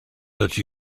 such